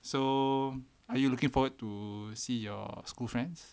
so are you looking forward to see your school friends